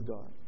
God